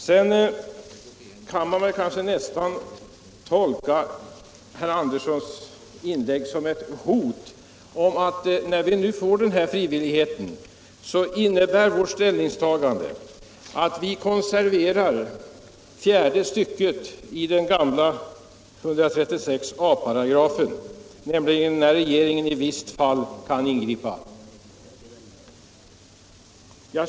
Sedan kunde man väl nästan tolka herr Anderssons inlägg som ett hot om att när vi nu får denna frivillighet så innebär vårt ställningstagande att vi konserverar fjärde stycket i den gamla 136 a §, som handlar om när regeringen i visst fall kan ingripa.